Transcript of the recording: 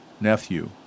nephew